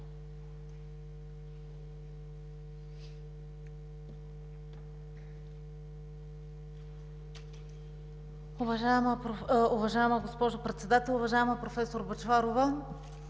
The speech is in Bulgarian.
Уважаема госпожо Председател, уважаема професор Бъчварова!